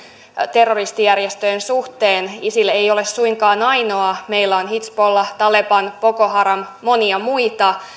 terroristijärjestöjen suhteen isil ei ole suinkaan ainoa meillä on hizbollah taleban boko haram monia muita